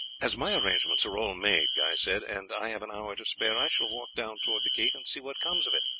as my arrangements are all made, guy said, and i have an hour to spare, i shall walk down towards the gate and see what comes of it.